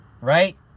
Right